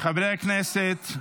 חברי הכנסת,